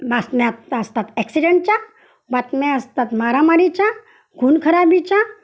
बातम्या तासतात ॲक्सिडेंच्या बातम्या असतात मारामारीच्या खून खराबीच्या